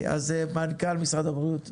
מנכ"ל משרד הבריאות בבקשה.